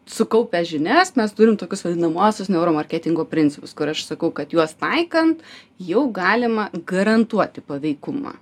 sukaupę žinias mes turim tokius vadinamuosius neuro marketingo principus kur aš sakau kad juos taikant jau galima garantuoti paveikumą